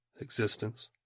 existence